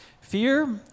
Fear